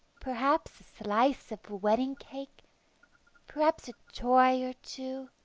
perhaps a slice of wedding-cake, perhaps a toy or two.